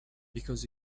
because